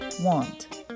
want